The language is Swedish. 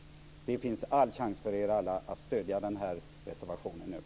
Det finns alla chanser för er alla att stödja den här reservationen nu.